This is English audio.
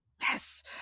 Yes